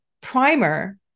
primer